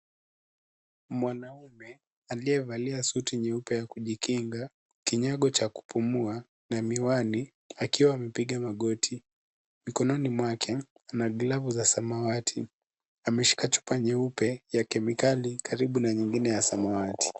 Mwanaume aliyevalia suti nyeupe ya kujikinga, kinyago cha kupumua na miwani akiwa amepiga magoti. Mikononi mwake, ana glavu za samawati. Ameshika chupa nyeupe ya kemikali karibu na nyingine ya samawati.